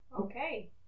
Okay